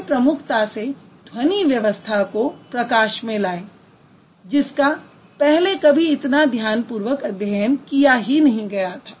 वे प्रमुखता से ध्वनि व्यवस्था को प्रकाश में लाये जिसका पहले कभी इतना ध्यान पूर्वक अध्ययन किया ही नहीं गया था